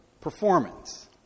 performance